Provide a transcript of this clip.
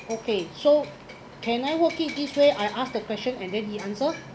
okay so can I work it this way I ask the question and then he answer